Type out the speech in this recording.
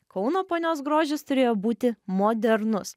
kauno ponios grožis turėjo būti modernus